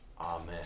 Amen